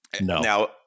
No